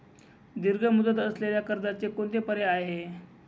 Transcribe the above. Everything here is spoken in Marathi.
दीर्घ मुदत असलेल्या कर्जाचे कोणते पर्याय आहे?